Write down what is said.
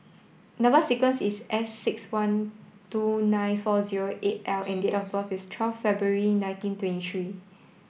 number sequence is S six one two nine four zero eight L and date of birth is twelve February nineteen twenty three